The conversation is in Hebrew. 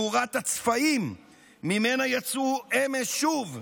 מאורת הצפעים שממנה יצאו אמש, שוב,